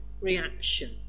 reaction